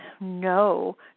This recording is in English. no